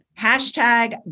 Hashtag